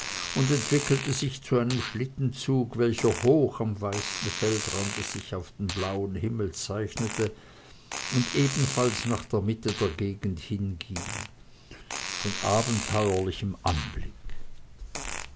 und entwickelte sich zu einem schlittenzug welcher hoch am weißen feldrande sich auf den blauen himmel zeichnete und ebenfalls nach der mitte der gegend hinglitt von abenteuerlichem anblick